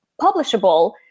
publishable